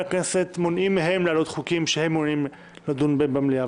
הכנסת להעלות חוקים שהם מעוניינים לדון בהם במליאה.